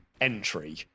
entry